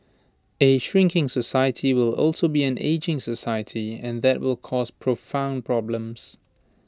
A shrinking society will also be an ageing society and that will cause profound problems